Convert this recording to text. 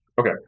Okay